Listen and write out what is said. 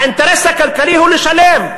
האינטרס הכלכלי הוא לשלב.